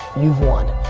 you've won.